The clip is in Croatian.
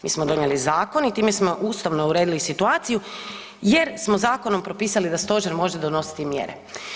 Mi smo donijeli zakon i time smo ustavno uredili situaciju jer smo zakonom propisali da stožer može donositi mjere.